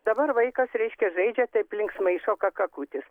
dabar vaikas reiškia žaidžia taip linksmai šoka kakutis